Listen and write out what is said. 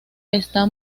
está